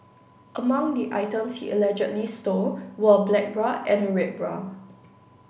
among the items he allegedly stole were a black bra and a red bra